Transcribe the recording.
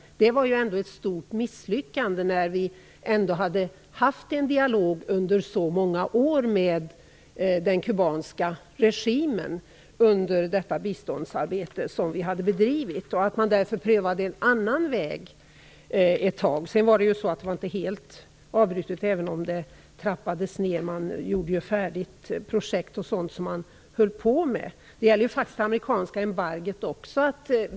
Det var ett stort misslyckande när vi hade haft en dialog under så många år med den kubanska regimen genom det biståndsarbete som vi hade bedrivit. Man prövade därför en annan väg ett tag. För övrigt var samarbetet ju inte helt avbrutet även om det trappades ned. Man fullföljde projekt och sådant som man höll på med. Det gäller också det amerikanska embargot.